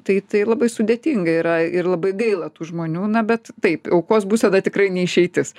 tai tai labai sudėtinga yra ir labai gaila tų žmonių na bet taip aukos būsena tikrai neišeitis